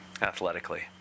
athletically